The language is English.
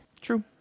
True